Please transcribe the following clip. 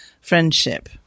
friendship